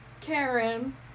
Karen